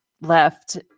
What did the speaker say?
left